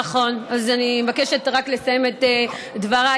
נכון, אז אני מבקשת רק לסיים את דבריי.